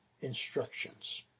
instructions